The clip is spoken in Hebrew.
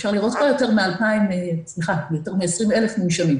אפשר לראות פה יותר מ-20,000 מונשמים.